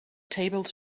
tables